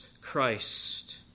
Christ